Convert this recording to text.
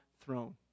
throne